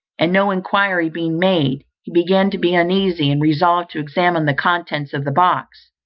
and no enquiry being made, he began to be uneasy, and resolved to examine the contents of the box,